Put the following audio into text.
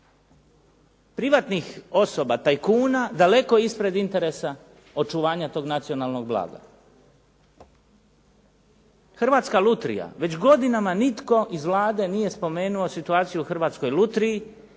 privatnih osoba, tajkuna, daleko ispred interesa očuvanja tog nacionalnog blaga. Hrvatska lutrija. Već godinama nitko iz Vlade nije spomenuo situaciju u Hrvatskoj lutriji